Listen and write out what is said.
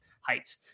height